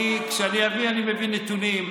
אני, כשאני מביא, אני מביא נתונים.